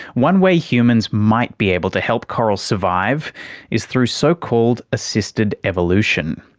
one way humans might be able to help corals survive is through so-called assisted evolution,